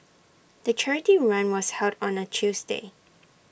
the charity run was held on A Tuesday